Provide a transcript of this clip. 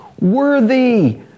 worthy